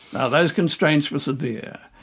now those constraints were severe.